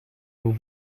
vous